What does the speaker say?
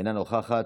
אינה נוכחת,